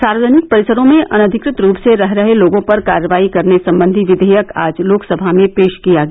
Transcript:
सार्वजनिक परिसरों में अनधिकृत रूप से रह रहे लोगों पर कार्रवाई करने संबंधी विधेयक आज लोकसभा में पेश किया गया